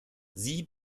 sie